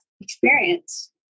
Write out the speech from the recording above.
experience